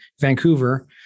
Vancouver